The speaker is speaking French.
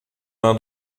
main